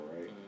right